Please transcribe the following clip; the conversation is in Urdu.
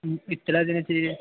اطلاع دینا چاہیے